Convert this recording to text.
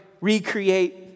recreate